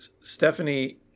Stephanie